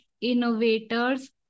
innovators